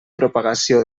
propagació